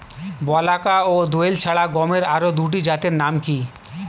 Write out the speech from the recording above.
বলাকা ও দোয়েল ছাড়া গমের আরো দুটি জাতের নাম কি?